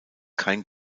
kein